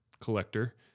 collector